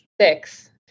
six